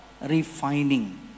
refining